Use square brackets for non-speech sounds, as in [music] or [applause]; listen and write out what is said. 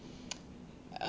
[noise] uh